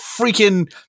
freaking